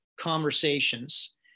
conversations